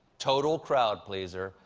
total crowd pleaser,